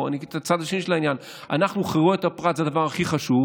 הצד השני של העניין הוא שחירויות הפרט הן הדבר הכי חשוב.